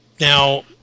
Now